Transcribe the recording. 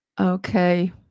okay